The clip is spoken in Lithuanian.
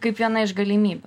kaip viena iš galimybių